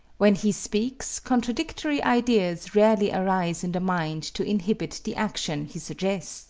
when he speaks, contradictory ideas rarely arise in the mind to inhibit the action he suggests